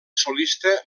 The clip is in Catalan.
solista